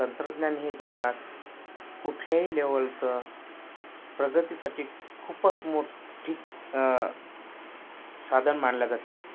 तंत्रज्ञान हे जगात कुठल्याही लेव्हलचं प्रगतीसाठी खूपच मोठ्ठी साधन मानलं जाते